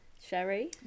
Sherry